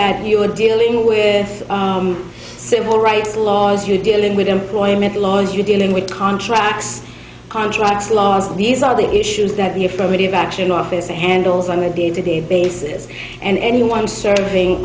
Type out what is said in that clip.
that you are dealing with civil rights laws you're dealing with employment laws you're dealing with contracts contracts laws and these are the issues that the affirmative action office handles on a day to day basis and anyone serving